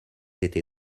été